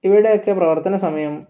ഇവയുടെയൊക്കെ പ്രവർത്തന സമയം